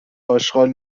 اشغال